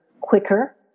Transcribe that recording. quicker